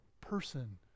person